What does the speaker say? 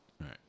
right